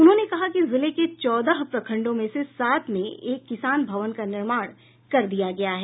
उन्होंने कहा कि जिले के चौदह प्रंखडों में से सात में एक किसान भवन का निर्माण कर दिया गया है